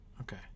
Okay